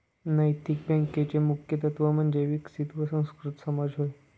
नैतिक बँकेचे मुख्य तत्त्व म्हणजे विकसित व सुसंस्कृत समाज होय